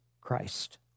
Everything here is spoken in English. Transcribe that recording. Christ